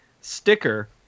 sticker